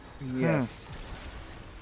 Yes